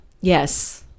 yes